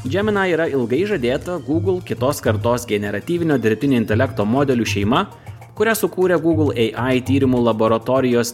džeminai yra ilgai žadėta gūgl kitos kartos generatyvinio dirbtinio intelekto modelių šeima kurią sukūrė gūgl ai tyrimo laboratorijos